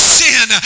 sin